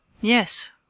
Yes